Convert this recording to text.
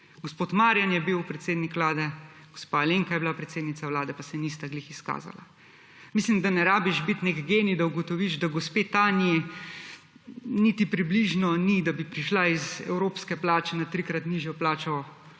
Gospod Marjan je bil predsednik vlade, gospa Alenka je bila predsednica vlade, pa se nista glih izkazala. Mislim, da ne rabiš biti nek genij, da ugotoviš, da gospe Tanji niti približno ni, da bi prišla iz evropske plače na trikrat nižjo plačo